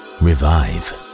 revive